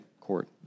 Court